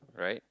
right